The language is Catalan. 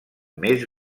més